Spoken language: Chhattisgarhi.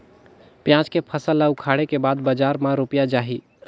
पियाज के फसल ला उखाड़े के बाद बजार मा रुपिया जाही?